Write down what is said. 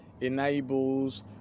enables